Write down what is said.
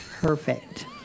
perfect